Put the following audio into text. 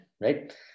right